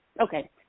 okay